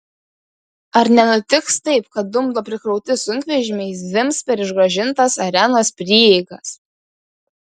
ar nenutiks taip kad dumblo prikrauti sunkvežimiai zvimbs per išgražintas arenos prieigas